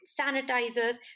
sanitizers